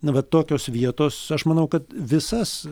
na vat tokios vietos aš manau kad visas